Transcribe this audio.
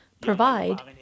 provide